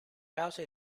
causa